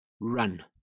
run